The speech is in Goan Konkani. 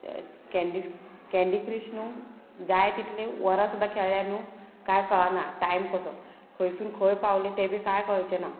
कॅन्डी कँडी क्रिश न्हू जाय तितले वरां सुद्दा खेळ्ळ्या न्हू कांय कळना टायम कसो खंयसून खंय पावलें तें बी कांय कळचें ना